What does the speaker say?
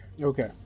Okay